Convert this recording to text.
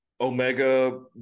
Omega